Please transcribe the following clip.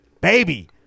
Baby